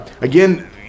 again